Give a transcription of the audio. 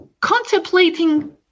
contemplating